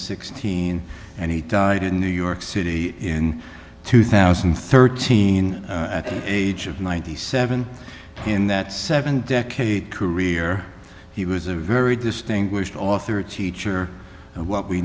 sixteen and he died in new york city in two thousand and thirteen at the age of ninety seven in that seven decade career he was a very distinguished author a teacher of what we